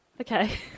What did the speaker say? Okay